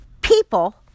people